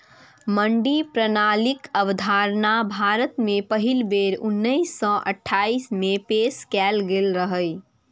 मंडी प्रणालीक अवधारणा भारत मे पहिल बेर उन्नैस सय अट्ठाइस मे पेश कैल गेल रहै